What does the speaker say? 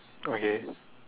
okay